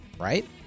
right